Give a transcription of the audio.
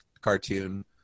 cartoon